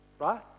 right